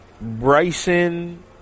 Bryson